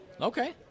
Okay